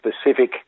specific